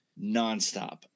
nonstop